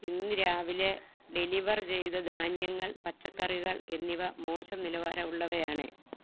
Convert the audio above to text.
ഇന്ന് രാവിലെ ഡെലിവർ ചെയ്ത ധാന്യങ്ങൾ പച്ചക്കറികൾ എന്നിവ മോശം നിലവാരമുള്ളവയാണ്